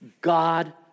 God